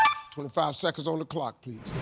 twenty five seconds on the clock, please.